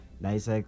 nice